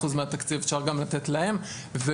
אפשר גם לתת להם 10% מהתקציב.